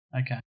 Okay